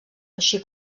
així